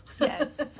Yes